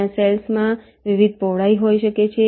ત્યાં સેલ્સ માં વિવિધ પહોળાઈ હોઈ શકે છે